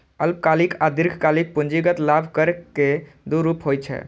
अल्पकालिक आ दीर्घकालिक पूंजीगत लाभ कर के दू रूप होइ छै